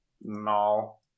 No